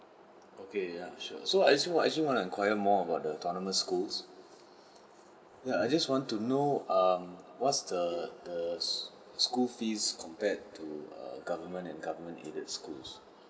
okay ya sure so I actually actually want to enquire more about the autonomous schools ya I just want to know um what's the the school fees compared to err government and government aided schools